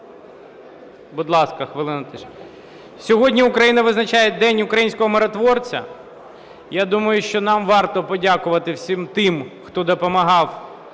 Сьогодні Україна відзначає День українського миротворця. Я думаю, що нам варто подякувати всім тим, хто допомагав